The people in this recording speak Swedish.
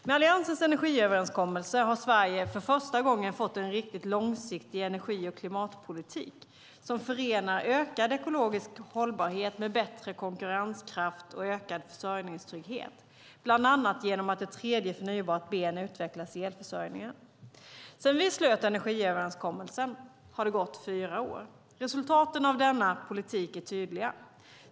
Med Alliansens energiöverenskommelse har Sverige för första gången fått en riktigt långsiktig energi och klimatpolitik som förenar ökad ekologisk hållbarhet med bättre konkurrenskraft och ökad försörjningstrygghet, bland annat genom att ett tredje förnybart ben utvecklas i elförsörjningen. Sedan vi slöt energiöverenskommelsen har det gått fyra år. Resultaten av denna politik är tydliga.